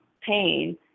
pain